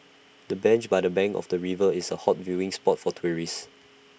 the bench by the bank of the river is A hot viewing spot for tourists